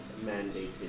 mandated